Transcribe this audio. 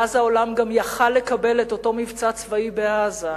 ואז העולם גם היה יכול לקבל את אותו מבצע צבאי בעזה,